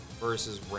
versus